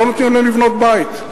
לא נותנים להם לבנות בית,